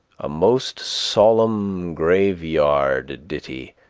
a most solemn graveyard ditty,